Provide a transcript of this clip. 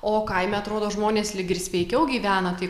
o kaime atrodo žmonės lyg ir sveikiau gyvena tai